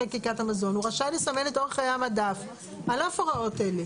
חקיקת המזון הוא רשאי לסמן את אורך חיי המדף על אף הוראות אלה.